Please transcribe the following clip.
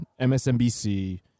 MSNBC